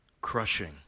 crushing